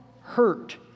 hurt